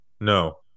No